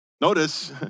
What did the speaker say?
Notice